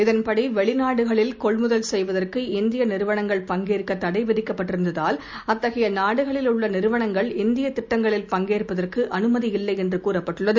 இதன்படிவெளிநாடுகளில் கொள் முதல் செய்வதற்கு இந்தியநிறுவனங்கள் பங்கேற்கதடைவிதிக்கப்பட்டிருந்தால் அத்தகையநாடுகளில் உள்ளநிறுவனங்கள் இந்தியதிட்டங்களில் பங்கேற்பதற்குஅனுமதியில்லைஎன்றுகூறப்பட்டுள்ளது